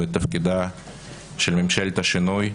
ואת תפקידה של ממשלת השינוי,